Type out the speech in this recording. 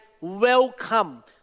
welcome